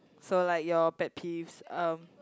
so like your pet peeves uh